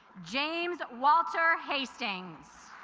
james walter hastings